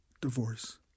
Divorce